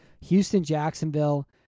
Houston-Jacksonville